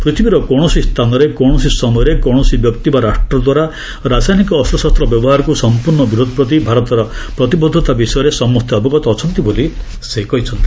ପୃଥିବୀର କୌଣସି ସ୍ଥାନରେ କୌଣସି ସମୟରେ କୌଣସି ବ୍ୟକ୍ତି ବା ରାଷ୍ଟ୍ର ଦ୍ୱାରା ରାସାୟନିକ ଅସ୍ତ୍ରଶସ୍ତ୍ର ବ୍ୟବହାରକୁ ସଂପ୍ରର୍ଣ୍ଣ ବିରୋଧ ପ୍ରତି ଭାରତର ପ୍ରତିବଦ୍ଧତା ବିଷୟରେ ସମସ୍ତେ ଅବଗତ ଅଛନ୍ତି ବୋଲି ସେ କହିଚ୍ଛନ୍ତି